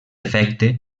efecte